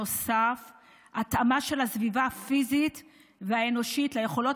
התאמה של הסביבה הפיזית והאנושית ליכולות